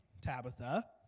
Tabitha